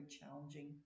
challenging